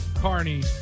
Carney